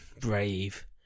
brave